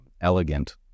Elegant